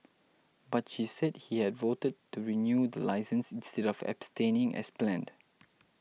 but she said he had voted to renew the licence instead of abstaining as planned